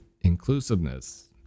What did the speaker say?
Inclusiveness